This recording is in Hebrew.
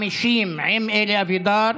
50, עם אלי אבידר,